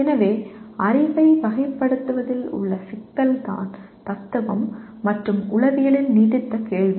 எனவே அறிவை வகைப்படுத்துவதில் உள்ள சிக்கல் தான் தத்துவம் மற்றும் உளவியலின் நீடித்த கேள்வி